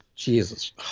Jesus